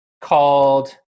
called